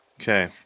Okay